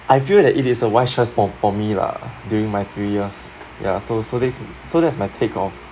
I feel that it is a wise for for me lah during my three years ya so so this so that's my take off